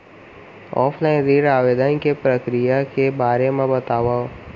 Offline ऋण आवेदन के प्रक्रिया के बारे म बतावव?